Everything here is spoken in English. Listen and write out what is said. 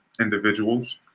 individuals